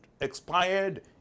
expired